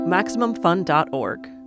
MaximumFun.org